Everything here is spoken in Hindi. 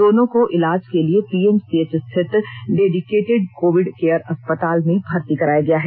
दोनों को इलाज के लिए पीएमसीएच स्थित डेडिकेटेड कोविड केयर अस्पताल में भर्ती कराया गया है